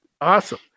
Awesome